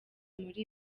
muri